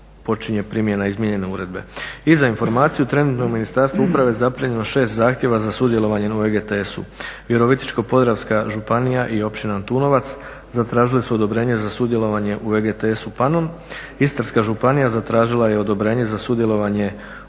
I za informaciju, trenutno u Ministarstvu uprave je zaplijenjeno 6 zahtjeva za sudjelovanje u EGTC-u. Virovitičko-podravska županija i Općina Antunovac zatražili su odobrenje za sudjelovanje u EGTC-u Pannon, Istarska županija zatražila je odobrenje za sudjelovanje u EGTC-u